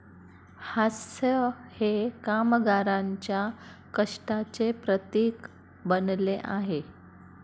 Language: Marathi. हास्य हे कामगारांच्या कष्टाचे प्रतीक बनले आहे